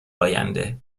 آینده